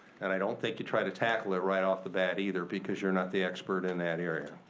and i don't think you try to tackle it right off the bat either, because you're not the expert in that area.